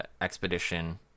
expedition